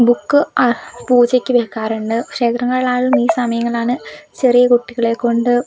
book ആഹ് പൂജക്ക് വെക്കാറുണ്ട് ക്ഷേത്രങ്ങളിലാണേലും ഈ സമയങ്ങളിലാണ് ചെറിയ കുട്ടികളെ കൊണ്ട്